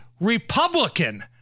Republican